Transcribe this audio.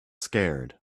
scared